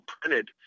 printed